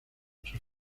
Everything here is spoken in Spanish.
sus